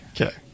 Okay